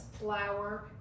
flour